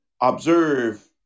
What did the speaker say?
observe